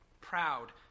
Proud